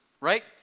right